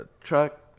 truck